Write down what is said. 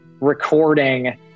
recording